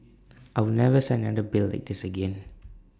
I will never sign another bill like this again